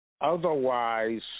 Otherwise